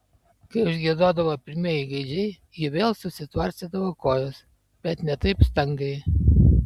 kai užgiedodavo pirmieji gaidžiai ji vėl susitvarstydavo kojas bet ne taip stangriai